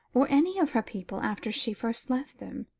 or any of her people, after she first left them,